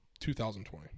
2020